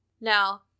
Now